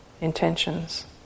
Intentions